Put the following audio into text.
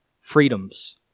freedoms